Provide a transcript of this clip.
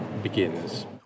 Begins